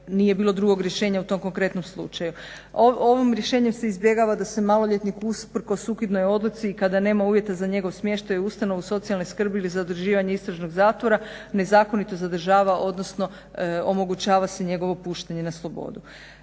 nije bilo drugog rješenja u tom konkretnom slučaju. Ovim rješenjem se izbjegava da se maloljetnik usprkos … odluci kada nema uvjeta za njegov smještaj u ustanovu socijalne skrbi ili za određivanje istražnog zatvora, nezakonito zadržava odnosno omogućava se njegovo puštanje na slobodu.